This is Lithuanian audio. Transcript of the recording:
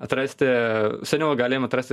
atrasti seniau galėjom atrasti